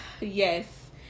Yes